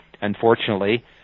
unfortunately